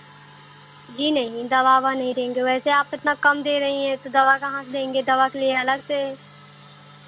जी नहीं दवा उवा नहीं देंगे वैसे आप इतना कम दे रही हैं तो दवा कहाँ से देंगे दवा के लिए अलग से